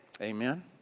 Amen